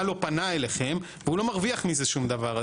לא פנה אליכם והוא לא מרוויח מזה שום דבר,